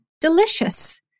delicious